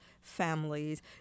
families